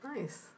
nice